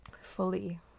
fully